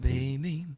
Baby